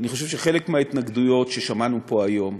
אני חושב שחלק מההתנגדויות ששמענו פה היום